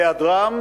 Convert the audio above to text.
בהיעדרם